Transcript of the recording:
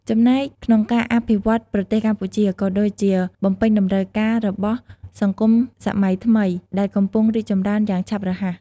ចំណែកក្នុងការអភិវឌ្ឍប្រទេសកម្ពុជា ក៏ដូចជាបំពេញតម្រូវការរបស់សង្គមសម័យថ្មីដែលកំពុងរីកចម្រើនយ៉ាងឆាប់រហ័ស។